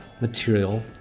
material